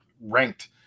ranked